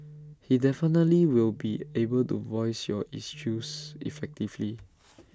he definitely will be able to voice your issues effectively